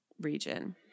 region